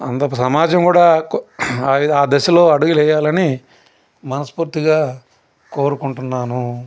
అందుకు సమాజం కూడా ఆ దశలో అడుగులు వేయాలని మనస్పూర్తిగా కోరుకుంటున్నాను